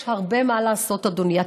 יש הרבה מה לעשות, אדוני.